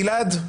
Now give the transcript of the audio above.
גלעד.